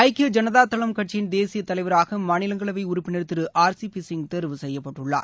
ஐக்கிய ஜனதாதளம் கட்சியின் தேசிய தலைவராக மாநிலங்களவை உறுப்பினர் திரு ஆர் சி பி சிங் தேர்வு செய்யப்பட்டுள்ளார்